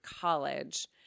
college